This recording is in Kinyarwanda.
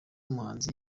muhanzi